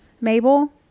Mabel